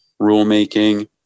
rulemaking